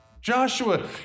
Joshua